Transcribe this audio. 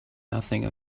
nothing